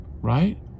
right